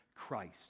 Christ